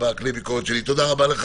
תודה רבה.